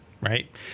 right